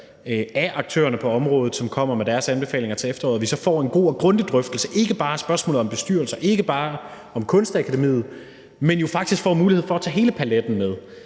af aktørerne på området, som kommer med deres anbefalinger til efteråret, så vi får en god og grundig drøftelse, ikke bare om spørgsmålet om bestyrelser og ikke bare om Kunstakademiet, men så vi jo faktisk får muligheden for at tage hele paletten med,